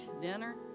dinner